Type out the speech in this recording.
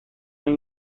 این